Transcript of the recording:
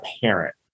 parent